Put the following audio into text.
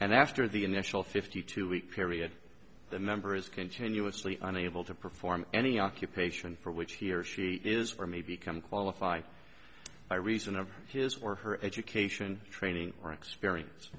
and after the initial fifty two week period the member is continuously unable to perform any occupation for which he or she is or may become qualified by reason of his or her education training or experience